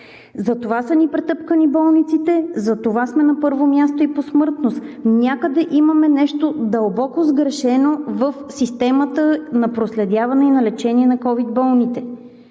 Затова са ни претъпкани болниците, затова сме на първо място и по смъртност. Някъде имаме нещо дълбоко сгрешено в системата на проследяване на лечение на ковид болните.